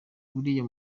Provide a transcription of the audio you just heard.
buriya